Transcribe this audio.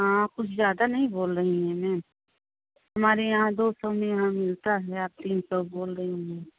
हाँ आप कुछ ज़्यादा नहीं बोल रही हैं मैम हमारे यहाँ दो सौ में यहाँ मिलता है आप तीन सौ बोल रही हैं